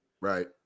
right